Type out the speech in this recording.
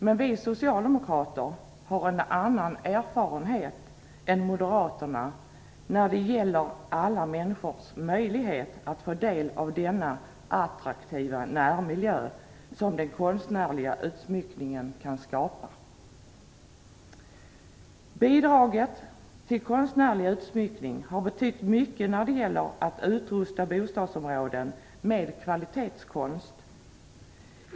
Men vi socialdemokrater har en annan erfarenhet än moderaterna när det gäller alla människors möjlighet att få del av denna attraktiva närmiljö som den konstnärliga utsmyckningen kan skapa. Bidraget till konstnärlig utsmyckning har betytt mycket när det gäller att utrusta bostadsområden med kvalitetskonst.